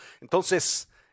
Entonces